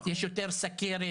יש יותר סכרת,